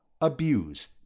Abuse